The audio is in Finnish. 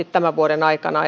tämän vuoden aikana